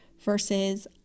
versus